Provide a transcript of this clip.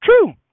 true